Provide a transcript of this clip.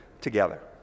together